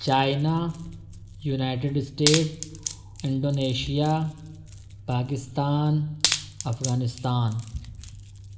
China united state Indonesia Pakistan Afghanistan